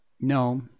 No